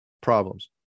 problems